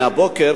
מהבוקר,